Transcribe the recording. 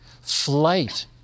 flight